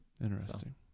Interesting